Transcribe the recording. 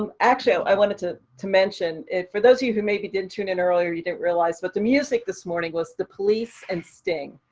um actually, i wanted to to mention it for those of you who maybe didn't tune in earlier, you didn't realize, but the music this morning was the police and sting.